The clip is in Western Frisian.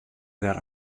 wer